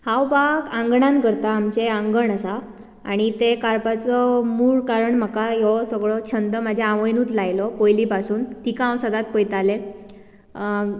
हांव बाग आंगणान करता आमचे आंगण आसा आनी तें करपाचो मूड कारण म्हाका ह्यो सगळो छंद म्हाज्या आवयनुच लायलो पयलीं पासून तिका हांव सदांच पळयतालें